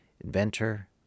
inventor